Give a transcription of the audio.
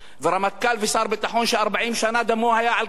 ורמטכ"ל ושר ביטחון ש-40 שנה דמו היה על כף